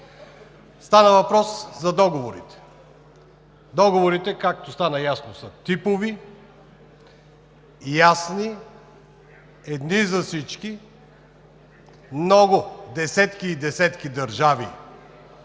Става въпрос за договорите. Договорите, както стана ясно, са типови, ясни, едни за всички, много – десетки и десетки държави